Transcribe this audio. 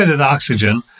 oxygen